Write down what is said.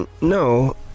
No